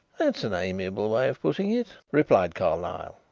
that's an amiable way of putting it, replied carlyle.